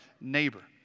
neighbor